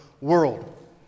world